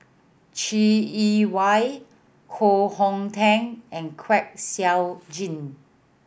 Chai Yee Wei Koh Hong Teng and Kwek Siew Jin